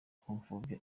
gupfobya